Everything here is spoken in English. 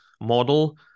model